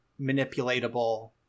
manipulatable